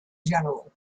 general